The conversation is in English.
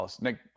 Nick